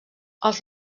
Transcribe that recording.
els